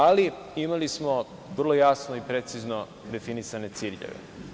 Ali, imali smo vrlo jasno i precizno definisane ciljeve.